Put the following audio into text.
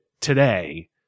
today